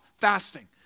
fasting